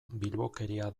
bilbokeria